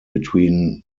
between